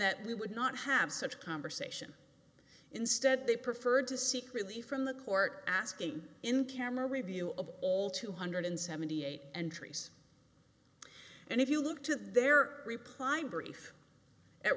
that we would not have such conversation instead they preferred to seek relief from the court asking in camera review of all two hundred seventy eight entries and if you look to their reply brief at